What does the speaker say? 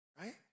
right